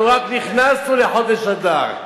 אנחנו רק נכנסנו לחודש אדר.